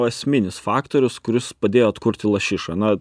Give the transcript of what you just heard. esminis faktorius kuris padėjo kurti lašišą na